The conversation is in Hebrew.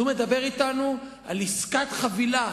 אז הוא מדבר אתנו על עסקת חבילה.